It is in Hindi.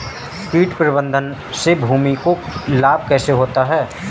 कीट प्रबंधन से भूमि को लाभ कैसे होता है?